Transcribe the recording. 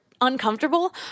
uncomfortable